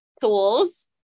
tools